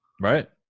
Right